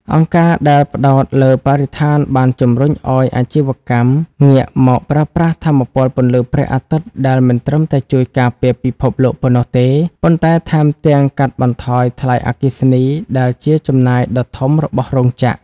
អង្គការដែលផ្ដោតលើបរិស្ថានបានជម្រុញឱ្យអាជីវកម្មងាកមកប្រើប្រាស់ថាមពលពន្លឺព្រះអាទិត្យ ដែលមិនត្រឹមតែជួយការពារពិភពលោកប៉ុណ្ណោះទេ ប៉ុន្តែថែមទាំងកាត់បន្ថយថ្លៃអគ្គិភ័យដែលជាចំណាយដ៏ធំរបស់រោងចក្រ។